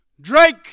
Drake